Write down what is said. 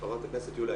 חברת הכנסת יוליה,